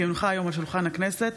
כי הונחה היום על שולחן הכנסת,